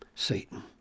Satan